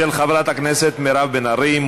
של חברת הכנסת מירב בן ארי.